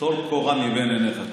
טול קורה מבין עיניך.